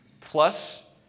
plus